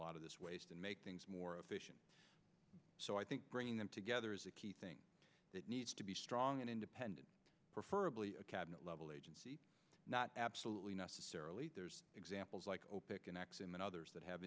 lot of this waste and make things more efficient so i think bringing them together is a key thing that needs to be strong and independent prefer a cabinet level agency not absolutely necessarily examples like oh pick an ax and then others that have